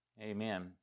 amen